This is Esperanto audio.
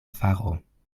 faro